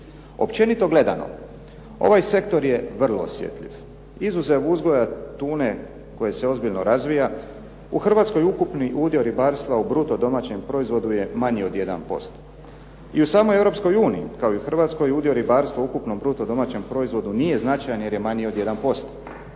Općenito gledano ovaj sektor je vrlo osjetljiv. Izuzev uzgoja tune koje se ozbiljno razvija u Hrvatskoj ukupni udio ribarstva u bruto domaćem proizvodu je manji od 1%. U samoj Europskoj uniji kao i u Hrvatskoj bruto domaćem proizvodu nije značajan jer je manji od 1%.